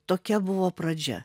tokia buvo pradžia